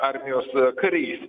armijos kariais